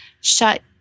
shut